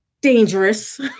dangerous